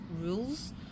rules